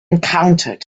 encountered